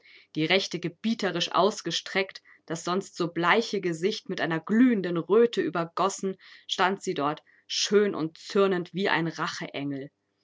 die rechte gebieterisch ausgestreckt das sonst so bleiche gesicht mit einer glühenden röte übergossen stand sie dort schön und zürnend wie ein